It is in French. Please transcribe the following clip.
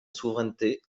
souveraineté